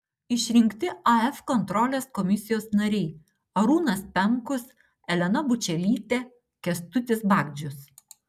išrinkti af kontrolės komisijos nariai arūnas pemkus elena bučelytė kęstutis bagdžius